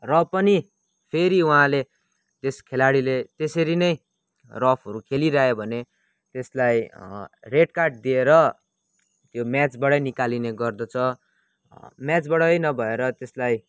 र पनि फेरि उहाँले त्यस खेलाडीले त्यसरी नै रफहरू खेलिरह्यो भने त्यसलाई रेड कार्ड दिएर यो म्याचबाटै निकालिने गर्दछ म्याचबाटै नभएर त्यसलाई